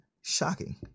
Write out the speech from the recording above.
shocking